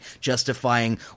justifying